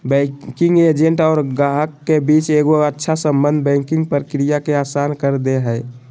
banking agent और गाहक के बीच एगो अच्छा सम्बन्ध बैंकिंग प्रक्रिया के आसान कर दे हय